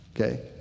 okay